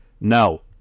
No